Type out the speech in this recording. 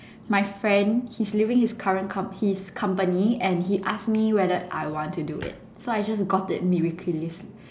my friend he's leaving his current comp~ his company and he ask me whether I want to do it so I just got it miraculously